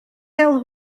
cael